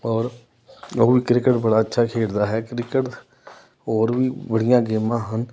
ਔਰ ਉਹ ਵੀ ਕ੍ਰਿਕਟ ਬੜਾ ਅੱਛਾ ਖੇਡਦਾ ਹੈ ਕ੍ਰਿਕਟ ਹੋਰ ਵੀ ਬੜੀਆਂ ਗੇਮਾਂ ਹਨ